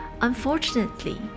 Unfortunately